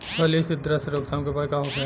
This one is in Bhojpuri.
फली छिद्र से रोकथाम के उपाय का होखे?